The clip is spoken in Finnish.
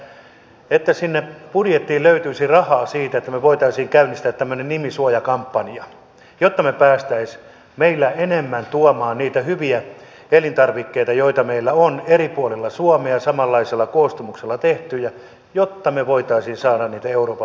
minä toivoisin että sinne budjettiin löytyisi rahaa siihen että me voisimme käynnistää tämmöisen nimisuojakampanjan jotta me pääsisimme meillä enemmän tuomaan niitä hyviä elintarvikkeita joita meillä on eri puolilla suomea samanlaisella koostumuksella tehtyjä jotta me voisimme saada niitä euroopan markkinoille